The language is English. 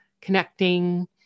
connecting